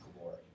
glory